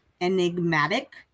enigmatic